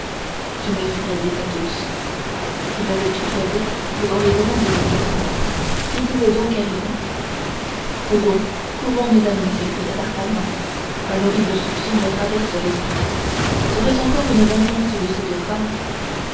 tu m'effraies dit athos qui ne le tutoyait que dans les grandes occasions qu'est-il donc arrivé courons courons mes amis s'écria d'artagnan un horrible soupçon me traverse l'esprit serait-ce encore une vengeance de cette femme